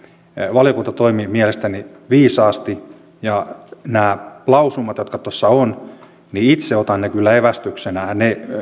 valiokunta toimi mielestäni viisaasti ja nämä lausumat jotka tuossa ovat itse otan kyllä evästyksenä